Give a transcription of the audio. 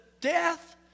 death